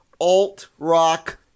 alt-rock